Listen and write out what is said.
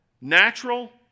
natural